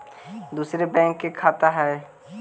दुसरे बैंक के खाता हैं?